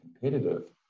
competitive